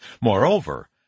Moreover